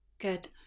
Good